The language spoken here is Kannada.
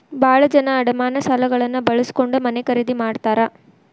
ಭಾಳ ಜನ ಅಡಮಾನ ಸಾಲಗಳನ್ನ ಬಳಸ್ಕೊಂಡ್ ಮನೆ ಖರೇದಿ ಮಾಡ್ತಾರಾ